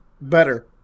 better